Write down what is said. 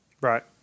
right